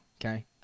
okay